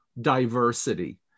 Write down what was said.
diversity